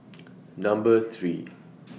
Number three